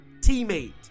teammate